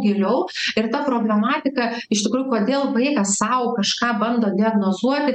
giliau ir ta problematika iš tikrųjų kodėl vaikas sau kažką bando diagnozuoti